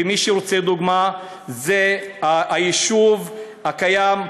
ומי שרוצה דוגמה זה היישוב הקיים,